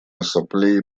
ассамблеи